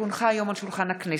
כי הונחה היום על שולחן הכנסת,